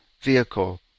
vehicle